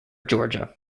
georgia